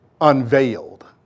unveiled